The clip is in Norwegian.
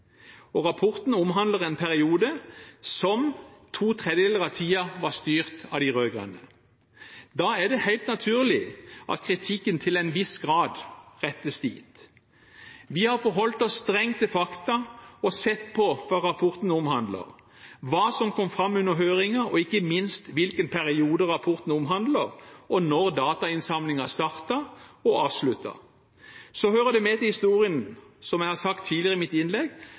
omhandler. Rapporten omhandler en periode som to tredjedeler av tiden var styrt av de rød-grønne. Da er det helt naturlig at kritikken til en viss grad rettes dit. Vi har forholdt oss strengt til fakta og sett på hva rapporten omhandler, hva som kom fram under høringen og ikke minst hvilken periode rapporten omhandler, og når datainnsamlingen startet og avsluttet. Så hører det med til historien, som jeg har sagt tidligere i mitt innlegg,